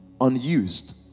unused